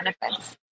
benefits